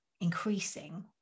increasing